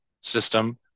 system